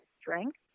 strength